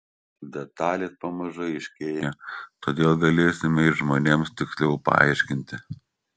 detalės pamažu aiškėja todėl galėsime ir žmonėms tiksliau paaiškinti